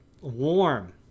warm